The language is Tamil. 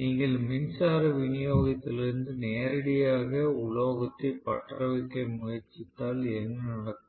நீங்கள் மின்சார விநியோகத்திலிருந்து நேரடியாக உலோகத்தை பற்றவைக்க முயற்சித்தால் என்ன நடக்கும்